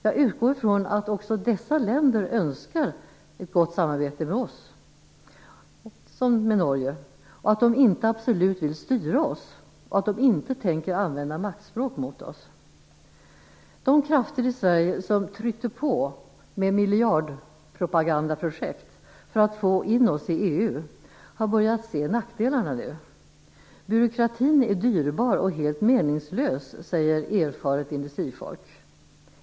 Jag utgår från att också dessa länder, t.ex. Norge, önskar ett gott samarbete med oss, att de inte absolut vill styra oss och att de inte tänker använda maktspråk mot oss. De krafter i Sverige som tryckte på med miljardpropagandaprojekt för att få in oss i EU har börjat se nackdelarna nu. Byråkratin är dyrbar och helt meningslös, säger erfaret industrifolk.